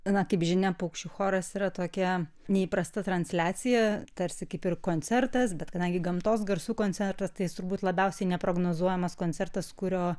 na kaip žinia paukščių choras yra tokia neįprasta transliacija tarsi kaip ir koncertas bet kadangi gamtos garsų koncertas tai jis turbūt labiausiai neprognozuojamas koncertas kurio